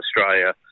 Australia